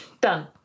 Done